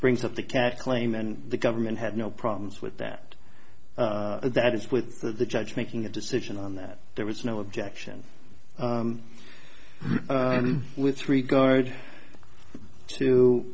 brings up the cat claim and the government had no problems with that and that is with the judge making a decision on that there was no objection with regard to